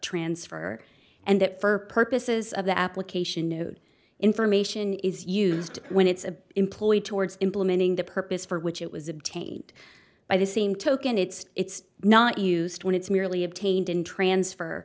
transfer and that for purposes of the application new information is used when it's a employee towards implementing the purpose for which it was obtained by the same token it's not used when it's merely obtained in transfer